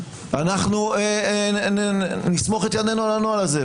אנחנו נסמוך את ידינו על הנוהל הזה.